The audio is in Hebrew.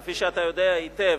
כפי שאתה יודע היטב,